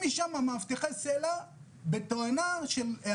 אותם מאבטחי סל"ע ובנוסף כמובן,